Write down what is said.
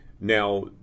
now